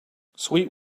sweet